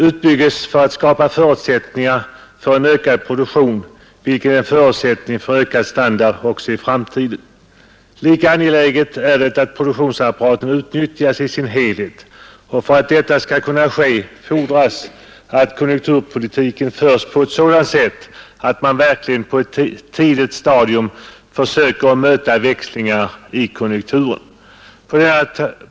Utbygges för att skapa förutsättningar för en ökad produktion, vilket är en förutsättning för ökad standard också i framtiden. Lika angeläget är det att produktionsapparaten utnyttjas i sin helhet, och för att detta skall kunna ske fordras att konjunkturpolitiken förs på ett sådant sätt att man verkligen på ett tidigt stadium försöker möta växlingar i konjunkturen.